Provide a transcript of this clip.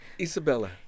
Isabella